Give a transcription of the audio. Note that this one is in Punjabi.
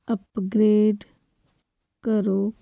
ਅਪਗ੍ਰੇਡ ਕਰੋ